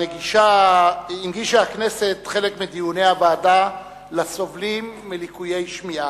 הנגישה הכנסת חלק מדיוני הוועדה לסובלים מליקויי שמיעה,